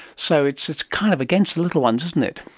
so it's it's kind of against the little ones, isn't it.